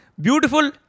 beautiful